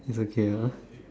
it's okay ah